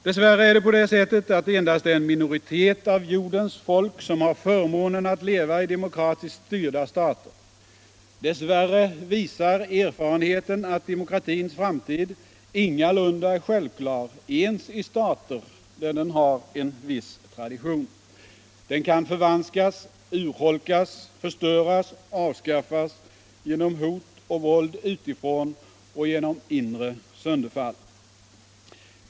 Dess värre har endast en minoritet av jordens folk förmånen att leva i demokratiskt styrda stater, dess värre visar erfarenheten att demokratins framtid ingalunda är självklar ens i stater där den har en viss tradition. Den kan förvanskas, urholkas, förstöras, avskaffas; genom hot och våld utifrån och genom inre sönderfall.